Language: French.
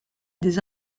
des